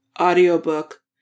audiobook